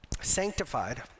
Sanctified